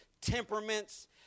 temperaments